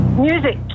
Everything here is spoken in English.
Music